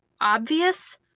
Obvious